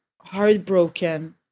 heartbroken